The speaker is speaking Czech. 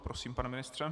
Prosím, pane ministře.